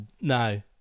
no